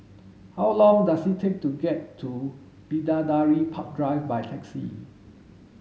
how long does it take to get to Bidadari Park Drive by taxi